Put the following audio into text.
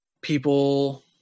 people